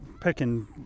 picking